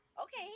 Okay